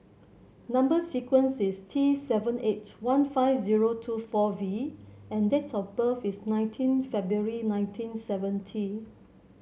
number sequence is T seven eight one five zero two four V and date of birth is nineteen February nineteen seventy